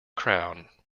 crown